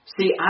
See